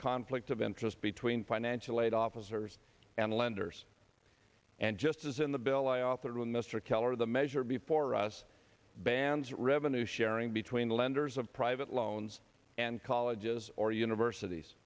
conflict of interest between financial aid officers and lenders and just as in the bill i authored with mr keller the measure before us bands revenue sharing between the lenders of private loans and colleges or universities